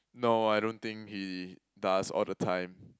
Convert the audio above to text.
no I don't think he does all the time